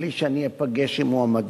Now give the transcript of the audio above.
בלי שאני אפגש עם מועמדים.